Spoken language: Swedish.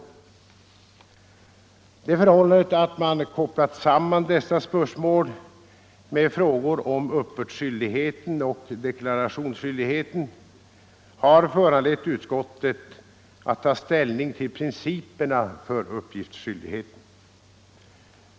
Det förhållandet att man kopplat samman dessa spörsmål med frågor om uppbördsskyldigheten och deklarationsskyldigheten har dock föranlett utskottet att ta ställning till principerna för uppgiftsskyldigheten.